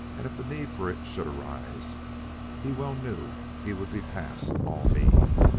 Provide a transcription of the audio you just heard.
and if the need for it should arise he well knew he would be past all need.